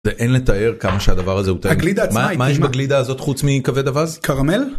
אין לתאר כמה שהדבר הזה הוא טעים מה יש בגלידה הזאת חוץ מכבד אווז קרמל.